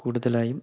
കൂടുതലായും